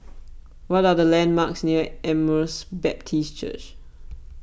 what are the landmarks near Emmaus Baptist Church